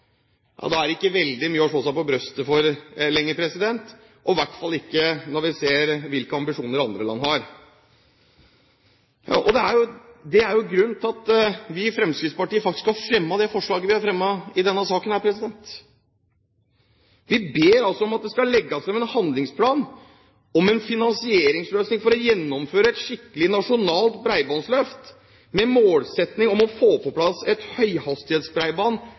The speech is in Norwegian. ja da er det ikke veldig mye å slå seg på brystet for lenger – og hvert fall ikke når vi ser hvilke ambisjoner andre land har. Dette er grunnen til at vi i Fremskrittspartiet faktisk har fremmet dette forslaget i denne saken. Vi ber om at det legges fram en handlingsplan om en finansieringsløsning for å gjennomføre et skikkelig nasjonalt bredbåndsløft med målsetting om å få på plass et